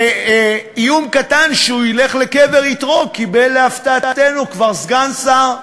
באיום קטן שהוא ילך לקבר יתרו קיבל להפתעתנו כבר סגן שר.